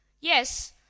Yes